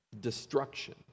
destruction